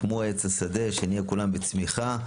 שנהיה כולם בצמיחה,